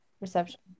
reception